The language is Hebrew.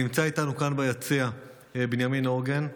נמצא איתנו כאן ביציע בנימין הורגן.